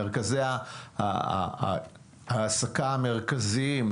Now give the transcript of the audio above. מרכזי העסקה המרכזיים,